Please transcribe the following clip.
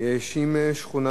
האשים שכונה.